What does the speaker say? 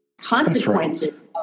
consequences